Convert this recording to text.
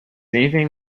anything